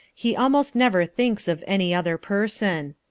he almost never thinks of any other person.